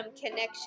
connection